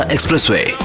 Expressway